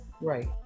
Right